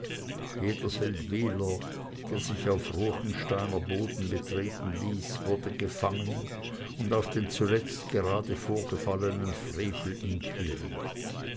jeder seldwyler der sich auf ruechensteiner boden betreten ließ wurde gefangen und auf den zuletzt gerade vorgefallenen frevel